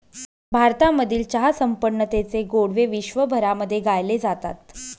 भारतामधील चहा संपन्नतेचे गोडवे विश्वभरामध्ये गायले जातात